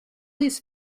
these